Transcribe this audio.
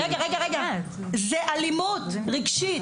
זה אלימות רגשית.